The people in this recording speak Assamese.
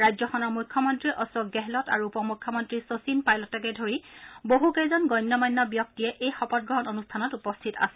ৰাজ্যখনৰ মুখ্যমন্ত্ৰী অশোক গেহলত আৰু উপ মুখ্যমন্ত্ৰী শশীন পাইলটকে ধৰি বহু কেইজন গণ্য মন্য ব্যক্তিয়ে এই শপত গ্ৰহণ অনুষ্ঠানত উপস্থিত আছিল